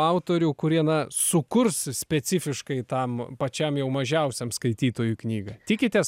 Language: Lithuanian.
autorių kurie na sukurs specifiškai tam pačiam jau mažiausiam skaitytojui knygą tikitės